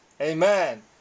Amen